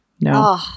no